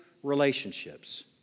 relationships